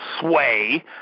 sway